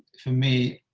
for me,